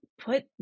put